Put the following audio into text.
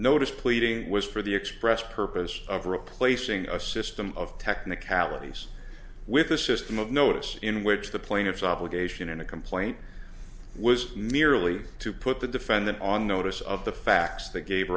notice pleading was for the express purpose of replacing a system of technicalities with a system of notice in which the plaintiff's obligation in a complaint was merely to put the defendant on notice of the facts that gave